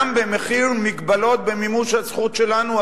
גם במחיר מגבלות במימוש הזכות שלנו,